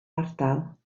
ardal